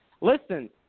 listen